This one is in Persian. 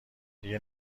دیگه